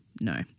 no